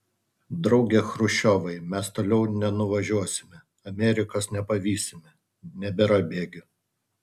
drauge chruščiovai mes toliau nenuvažiuosime amerikos nepavysime nebėra bėgių